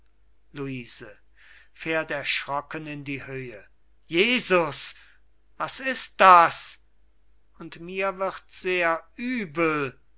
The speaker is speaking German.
höhe jesus was ist das und mir wird sehr übel